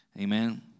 Amen